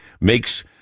makes